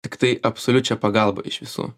tiktai absoliučią pagalbą iš visų